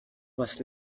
was